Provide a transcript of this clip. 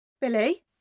Billy